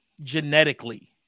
Genetically